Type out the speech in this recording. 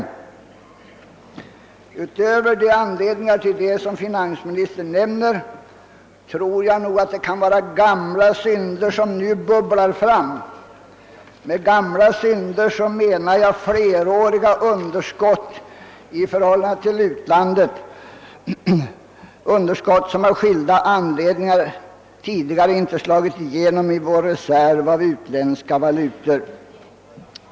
Jag tror att det utöver de anledningar härtill som finansministern nämner kan vara gamla synder som nu bubblar fram. Med gamla synder menar jag fleråriga underskott i förhållande till utlandet — underskott som av skilda anledningar tidigare inte slagit igenom i vår reserv av utländska valutor.